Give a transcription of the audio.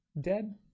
dead